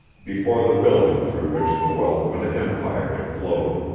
before the building through which the wealth of an empire had flowed.